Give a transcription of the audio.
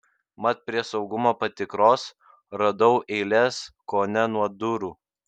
mat prie saugumo patikros radau eiles kone nuo durų